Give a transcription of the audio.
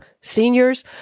seniors